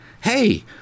hey